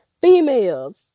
females